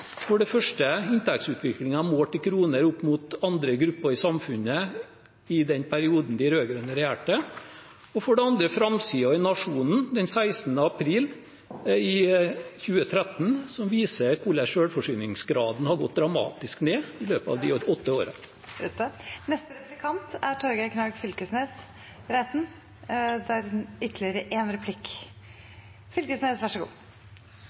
For det første: inntektsutviklingen målt i kroner opp mot andre grupper i samfunnet i den perioden de rød-grønne regjerte. For det andre: framsiden av Nationen den 16. april i 2013, som viser hvordan selvforsyningsgraden hadde gått dramatisk ned i løpet av de åtte årene. Trass i ulike grafar som vert viste fram av representanten Reiten,